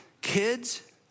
kids